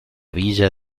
villa